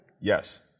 Yes